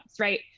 right